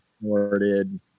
worded